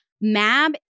Mab